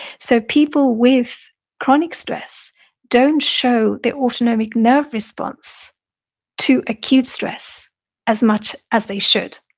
so people with chronic stress don't show the autonomic nerve response to acute stress as much as they should.